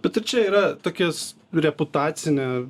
bet ir čia yra tokias reputacinė